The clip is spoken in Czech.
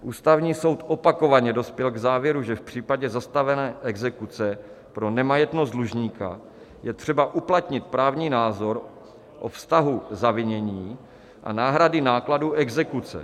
Ústavní soud opakovaně dospěl k závěru, že v případě zastavené exekuce pro nemajetnost dlužníka je třeba uplatnit právní názor o vztahu zavinění a náhrady nákladů exekuce.